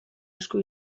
asko